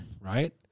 right